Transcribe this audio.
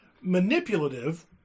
manipulative